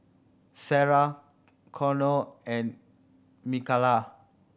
Sara Connor and Mikala